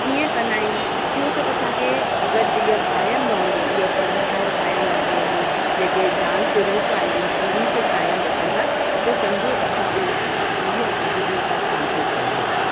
कीअं कंदा आहियूं इहो सभु असांखे अगरि जे हीअ क़ाइमु रहंदी इहे परंपराऊं क़ाइमु रहंदी यानि जेके डांस रूप आहिनि इन्हनि खे क़ाइमु रखंदा त सम्झो असां उहो पंहिंजी पीढ़ीअ खे बि उहो हस्तांतरित कंदासीं